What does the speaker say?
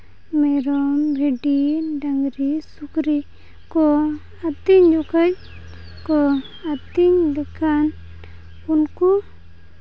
ᱢᱮᱨᱚᱢ ᱵᱷᱤᱰᱤ ᱰᱟᱝᱨᱤ ᱥᱩᱠᱨᱤ ᱠᱚ ᱟᱹᱛᱤᱧ ᱡᱚᱠᱷᱮᱡ ᱠᱚᱣᱟ ᱟᱹᱛᱤᱧ ᱞᱮᱠᱷᱟᱱ ᱩᱱᱠᱩ